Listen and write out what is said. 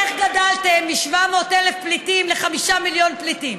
איך גדלתם מ-700,000 פליטים ל-5 מיליון פליטים?